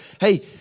hey